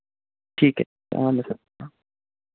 ठीक ऐ